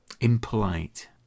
impolite